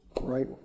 right